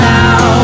Now